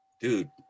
dude